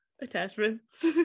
attachments